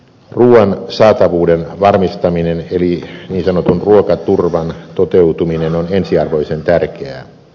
ruuan saatavuuden varmistaminen eli niin sanotun ruokaturvan toteutuminen on ensiarvoisen tärkeää